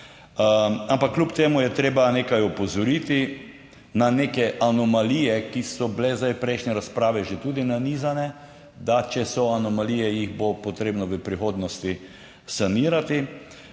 ampak kljub temu je treba nekaj opozoriti na neke anomalije, ki so bile zdaj v prejšnji razpravi že tudi nanizane, da če so anomalije, jih bo potrebno v prihodnosti sanirati.